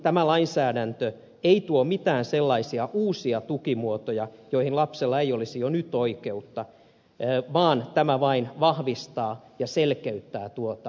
tämä lainsäädäntö ei tuo mitään sellaisia uusia tukimuotoja joihin lapsella ei olisi jo nyt oikeutta vaan tämä vain vahvistaa ja selkeyttää tuota tuen saantia